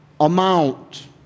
amount